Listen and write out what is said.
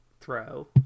throw